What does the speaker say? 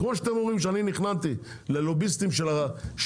כמו שאתם אומרים שאני נכנעתי ללוביסטים של הפטם,